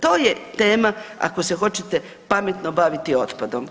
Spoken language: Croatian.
To je tema ako se hoćete pametno baviti otpadom.